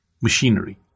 machinery